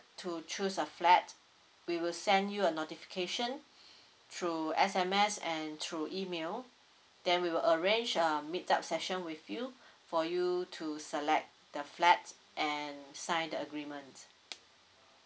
to choose a flat we will send you a notification through S_M_S and through email then we will arrange a meet up session with you for you to select the flat and sign the agreement